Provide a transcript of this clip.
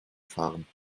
fahren